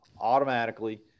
automatically